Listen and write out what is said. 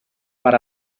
per